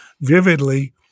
vividly